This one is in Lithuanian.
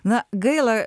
na gaila